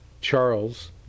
Charles